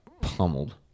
pummeled